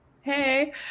hey